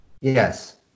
Yes